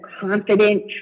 confident